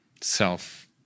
self